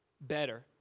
better